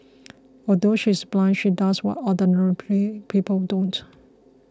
although she is blind she does what ordinary P people don't